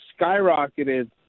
skyrocketed